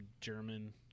German